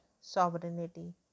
sovereignty